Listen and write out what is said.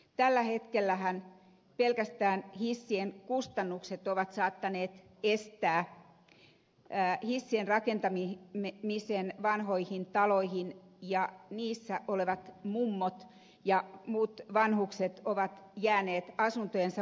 tällä hetkellähän pelkästään hissien kustannukset ovat saattaneet estää hissien rakentamisen vanhoihin taloihin ja niissä olevat mummot ja muut vanhukset ovat jääneet asuntojensa vangeiksi